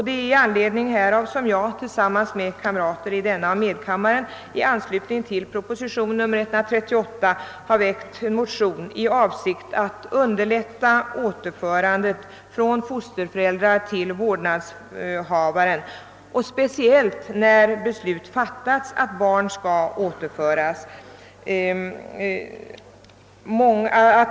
Det är i anledning härav som jag tillsammans med kamrater i denna kammare och i medkammaren i anslutning till propositionen nr 138 har väckt en motion i avsikt att underlätta återförandet av barn från fosterföräldrar till vårdnadshavaren, speciellt när beslut fattats att barn skall återföras.